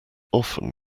often